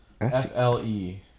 F-L-E